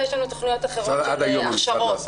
יש לנו תכניות אחרות של הכשרות.